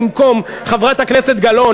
חברת הכנסת גלאון,